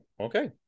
Okay